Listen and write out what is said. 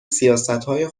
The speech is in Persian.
سیاستهای